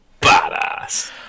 badass